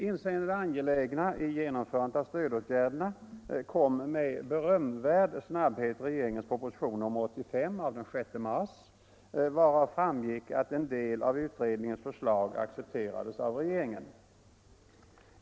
Inseende det angelägna i genomförandet av stödåtgärderna framlade regeringen med berömvärd snabbhet proposition nr 85 den 6 mars, varav framgick att en del av utredningens förslag accepterades av regeringen.